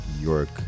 York